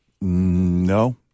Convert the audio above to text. no